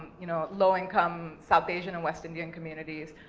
you know, low-income south asian and west indian communities.